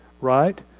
right